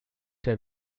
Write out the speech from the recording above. der